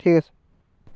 ঠিক আছে